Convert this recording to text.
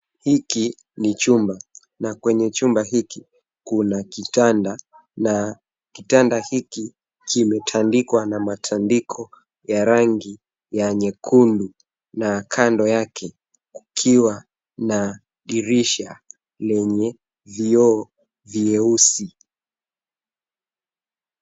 Hiki ni chumba, na kwenye chumba hiki kuna kitanda na kitanda hiki kimetandikwa na matandiko ya rangi ya nyekundu. Na kando yake, kukiwa na dirisha lenye vioo vyeusi.